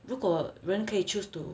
如果人可以 choose to